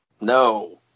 No